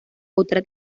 otra